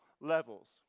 levels